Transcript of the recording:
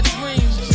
dreams